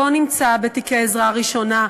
לא נמצא בתיק העזרה הראשונה,